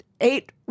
eight